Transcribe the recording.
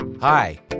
Hi